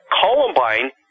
Columbine